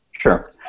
Sure